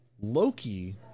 Loki